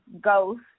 ghost